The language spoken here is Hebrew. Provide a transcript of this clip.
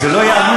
זה לא ייאמן.